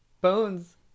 bones